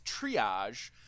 triage